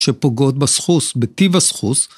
שפוגעות בסחוס, בטיב הסחוס.